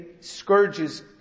scourges